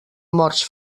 morts